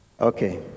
Okay